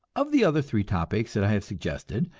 of the other three topics that i have suggested,